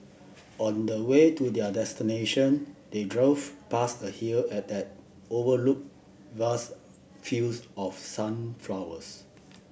on the way to their destination they drove past a hill and that overlook vast fields of sunflowers